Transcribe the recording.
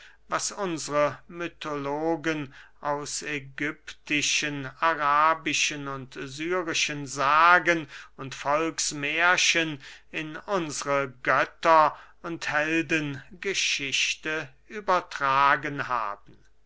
was unsre mythologen aus ägyptischen arabischen und syrischen sagen und volksmährchen in unsre götter und heldengeschichte übergetragen haben